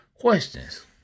questions